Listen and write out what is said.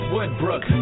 Woodbrook